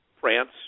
France